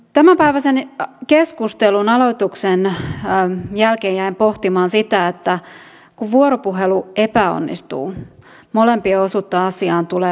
tämänpäiväisen keskustelun aloituksen jälkeen jäin pohtimaan sitä että kun vuoropuhelu epäonnistuu molempien osuutta asiaan tulee pohtia